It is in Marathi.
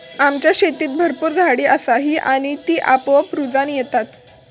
आमच्या शेतीत भरपूर झाडी असा ही आणि ती आपोआप रुजान येता